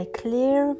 clear